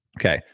okay.